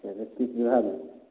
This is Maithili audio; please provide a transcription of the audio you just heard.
बीस बीघा